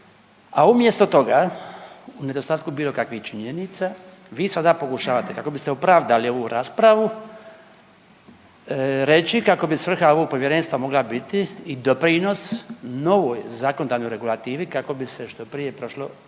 A umjesto toga u nedostatku bilo kakvih činjenica, vi sada pokušavate kako biste opravdali ovu raspravu reći kako bi svrha ovog povjerenstva mogla biti i doprinos novoj zakonodavnoj regulativi kako bi se što prije prišlo